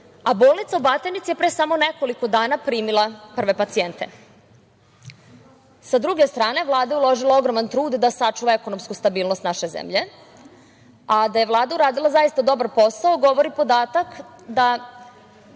a bolnica u Batajnici je pre samo nekoliko dana primila prve pacijente. Sa druge strane, Vlada je uložila ogroman trud da sačuva ekonomsku stabilnost naše zemlje, a da je Vlada uradila zaista dobar posao govori podatak da